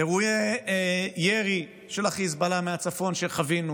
אירועי ירי של החיזבאללה מהצפון שחווינו?